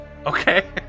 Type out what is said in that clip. Okay